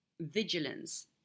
vigilance